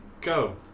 go